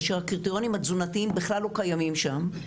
כאשר הקריטריונים התזונתיים בכלל לא קיימים שם,